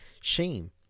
shame